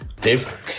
Dave